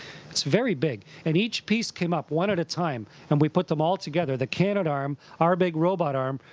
it's very big. and each piece came up one at a time, and we put them all together. the canadarm, our big robot arm,